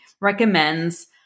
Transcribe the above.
recommends